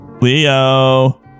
Leo